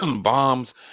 bombs